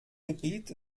gebiet